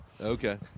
Okay